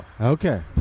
Okay